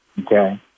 Okay